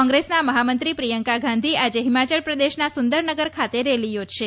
કોંગ્રેસના મહામંત્રી પ્રિયંકા ગાંધી આજે હિમાચલ પ્રદેશના સુંદરનગર ખાતે રેલી યોજશે